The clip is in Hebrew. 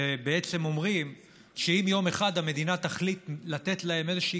שבעצם אומרים שאם יום אחד המדינה תחליט לתת להם איזושהי